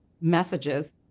messages